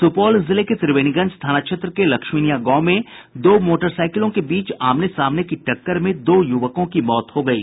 सुपौल जिले के त्रिवेणीगंज थाना क्षेत्र के लक्ष्मीनियां गांव में दो मोटरसाईकिलों के बीच हुई आमने सामने की टक्कर में दो यूवकों की मौत हो गयी